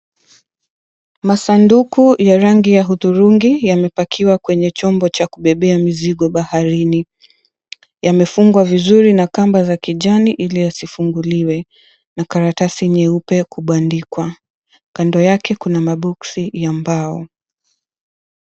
Masanduku ya rangi ya hudhurungi yamepakiwa kwenye chombo cha kubebea mizigo baharini. Yamefungwa vizuri nakamba ya kijani ili yasifunguliwe, na karatasi nyeupe kubandikwa. Kando yake kuna maboxi ya mbao.